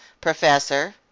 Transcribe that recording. professor